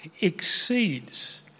exceeds